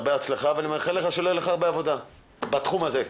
הרבה הצלחה ואני מאחל לך שלא תהיה לך הרבה עבודה בתחום הזה.